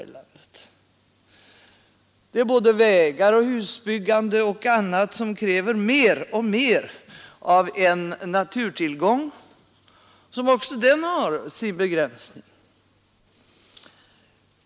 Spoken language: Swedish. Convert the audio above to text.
Vägar, husbyggande och annat kräver mer och mer av en naturtillgång som också har sin begränsning.